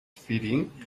feeding